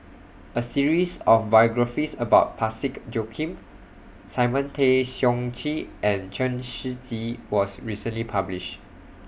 A series of biographies about Parsick Joaquim Simon Tay Seong Chee and Chen Shiji was recently published